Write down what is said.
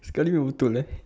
sekali memang betul eh